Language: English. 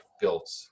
built –